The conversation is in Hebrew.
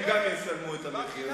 גם הם ישלמו את המחיר.